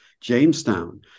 Jamestown